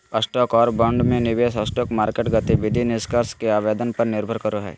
stock और bond में निवेश स्टॉक मार्केट गतिविधि निष्कर्ष के आवेदन पर निर्भर करो हइ